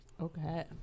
Okay